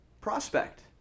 prospect